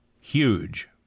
huge